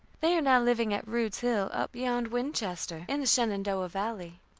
they are now living at rude's hill, up beyond winchester, in the shenandoah valley.